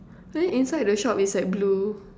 then inside the shop is like blue